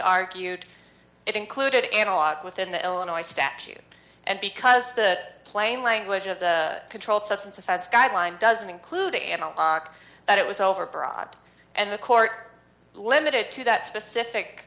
argued it included analog within the illinois statute and because the plain language of the controlled substance offense guideline doesn't include an a lock that it was over broad and the court limited to that specific